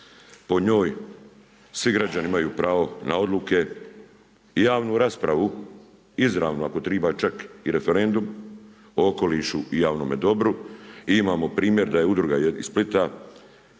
po njoj svi građani imaju pravo na odluke i javnu raspravu izravnu ako treba čak i referendum o okolišu i javnome dobru. I imamo primjer da je udruga iz Splita